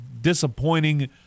disappointing